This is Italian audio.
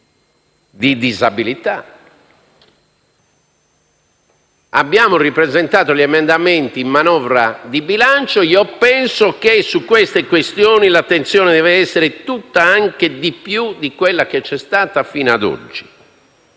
di disabilità, abbiamo ripresentato gli emendamenti in manovra di bilancio e penso che su tali questioni l'attenzione debba essere maggiore di quella che c'è stata fino ad oggi.